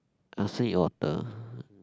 I'll say you're the